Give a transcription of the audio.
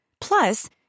Plus